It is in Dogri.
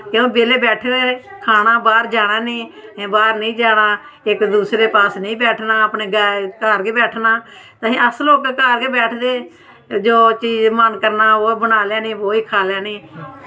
ते हून बेह्ले बैठे दे खाना बाह्र जाना नेईं एह् बाह्र निं जाना इक दूसरे पास नेईं बैठना घर गै बैठना ते अस लोग घर गै बैठदे जो चीज मन करना उऐ चीज बनाई लैनी खाई लैनी